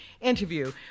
interview